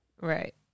Right